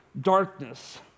darkness